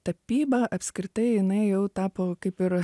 tapyba apskritai jinai jau tapo kaip ir